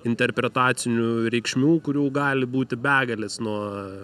interpretacinių reikšmių kurių gali būti begalės nuo